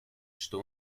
что